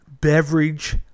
beverage